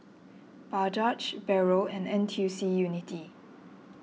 Bajaj Barrel and N T U C Unity